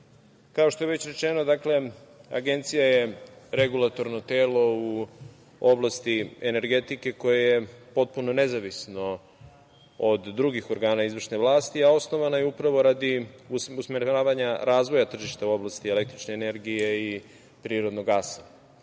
kao što je već rečeno Agencija je regulatorno telo u oblasti energetike koje je potpuno nezavisno od drugih organa izvršne vlasti, a osnovana je upravo radi usmeravanja razvoja tržišta u oblasti električne energije i prirodnog